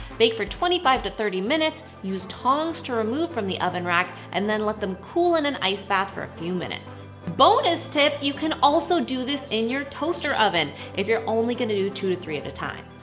bake for twenty five to thirty minutes, use tongs to remove from the oven rack and then let them cool in an ice bath for a few minutes. bonus tip, you can also do this in your toaster oven if you're only gonna do two to three at a time.